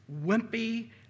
wimpy